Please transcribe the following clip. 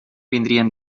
vindrien